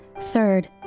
Third